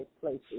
places